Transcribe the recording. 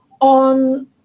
on